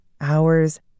hours